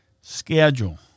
schedule